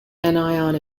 anion